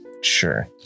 Sure